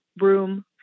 room